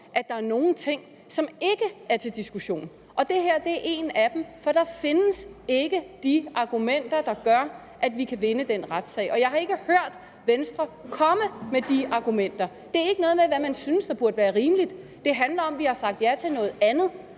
at der er nogle ting, som ikke er til diskussion, og det her er en af dem. For der findes ikke de argumenter, der gør, at vi kan vinde den retssag, og jeg har ikke hørt Venstre komme med de argumenter. Det er ikke noget med, hvad man synes burde være rimeligt. Det handler om, at vi har sagt ja til noget andet